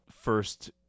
first